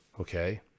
Okay